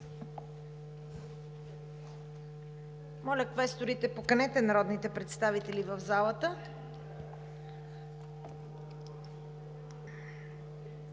Моля, квесторите, поканете народните представители в залата.